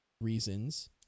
reasons